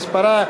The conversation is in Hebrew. שמספרה